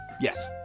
Yes